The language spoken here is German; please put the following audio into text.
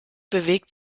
bewegt